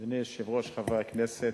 אדוני היושב-ראש, חברי הכנסת,